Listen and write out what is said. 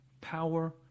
power